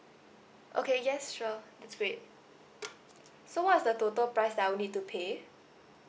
okay yes sure that's great so what is the total price that I would need to pay